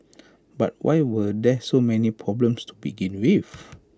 but why were there so many problems to begin with